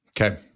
Okay